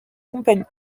compagnies